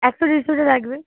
একশো দেড়শোটা লাগবে